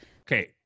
okay